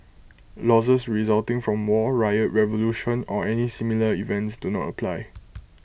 losses resulting from war riot revolution or any similar events do not apply